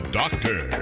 doctor